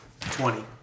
Twenty